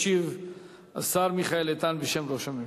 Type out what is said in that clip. ישיב השר מיכאל איתן בשם ראש הממשלה.